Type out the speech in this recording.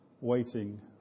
waiting